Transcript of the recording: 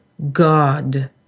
God